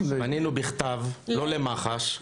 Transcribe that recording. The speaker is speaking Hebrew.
פנינו בכתב לא למח"ש.